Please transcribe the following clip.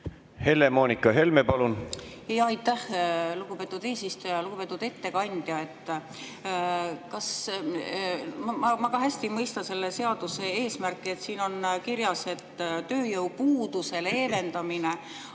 Helle-Moonika Helme, palun! Aitäh, lugupeetud eesistuja! Lugupeetud ettekandja! Ma ka hästi ei mõista selle seaduse eesmärki. Siin on kirjas, et tööjõupuuduse leevendamine